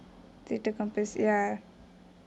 threatre compass ya